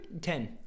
Ten